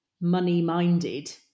money-minded